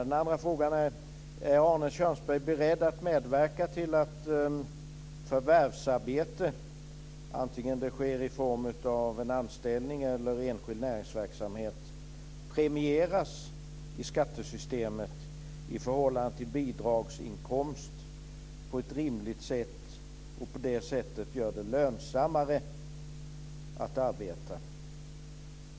Den andra frågan är: Är Arne Kjörnsberg beredd att medverka till att förvärvsarbete, antingen det sker i form av en anställning eller i enskild näringsverksamhet, premieras på ett rimligt sätt i skattesystemet i förhållande till bidragsinkomst för att på det sättet göra det lönsammare att arbeta?